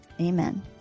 Amen